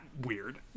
weird